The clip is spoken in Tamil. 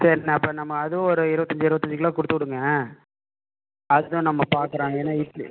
சரிண்ணே அப்போ நம்ம அதுவும் ஒரு இருபத்தஞ்சி இருபத்தஞ்சி கிலோ கொடுத்து விடுங்க அடுத்ததும் நம்ம பார்க்கலாம் ஏன்னா இட்லி